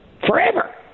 forever